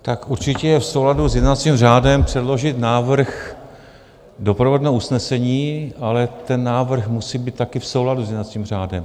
Tak určitě je v souladu s jednacím řádem předložit návrh doprovodného usnesení, ale ten návrh musí být taky v souladu s jednacím řádem.